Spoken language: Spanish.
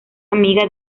amiga